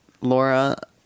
Laura